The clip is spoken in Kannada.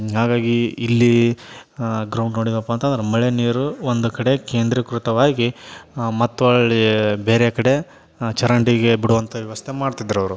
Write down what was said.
ಹಾಗಾಗಿ ಇಲ್ಲಿ ಗ್ರೌಂಡ್ ನೋಡಿವಪ್ಪ ಅಂತಂದ್ರೆ ಮಳೆ ನೀರು ಒಂದು ಕಡೆ ಕೇಂದ್ರೀಕೃತವಾಗಿ ಮತ್ತು ಅಲ್ಲಿ ಬೇರೆ ಕಡೆ ಚರಂಡಿಗೆ ಬಿಡುವಂಥ ವ್ಯವಸ್ಥೆ ಮಾಡ್ತಿದ್ರು ಅವರು